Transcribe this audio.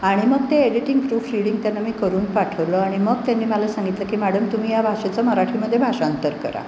आणि मग ते एडिटिंग प्रूफ रिडिंग त्यांना मी करून पाठवलं आणि मग त्यांनी मला सांगितलं की मॅडम तुम्ही या भाषेचं मराठीमध्ये भाषांतर करा